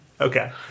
Okay